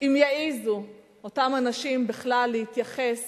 אם יעזו אותם אנשים בכלל להתייחס